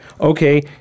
okay